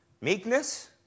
meekness